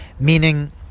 meaning